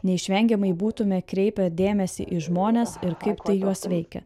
neišvengiamai būtume kreipia dėmesį į žmones ir kaip tai juos veikia